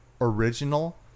original